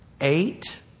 eight